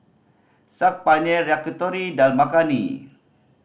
Saag Paneer Yakitori Dal Makhani